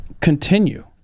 continue